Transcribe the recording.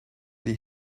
die